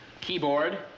Keyboard